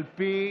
על פי